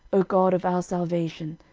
o god of our salvation,